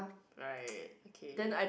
right okay